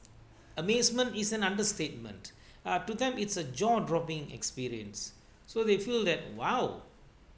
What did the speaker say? amazement is an understatement uh to them it's a jaw dropping experience so they feel that !wow!